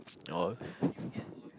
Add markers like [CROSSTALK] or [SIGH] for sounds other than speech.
oh [NOISE]